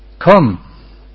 Come